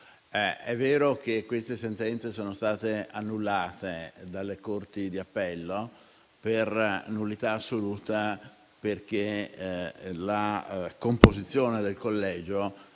È vero che quelle sentenze sono state annullate dalle corti di appello per nullità assoluta, perché la composizione del collegio